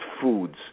foods